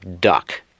Duck